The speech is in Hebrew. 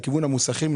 לכיוון המוסכים,